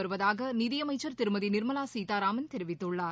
வருவதாக நிதியமைச்சர் திருமதி நிர்மலா சீதாராமன் தெரிவித்துள்ளார்